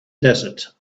desert